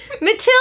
Matilda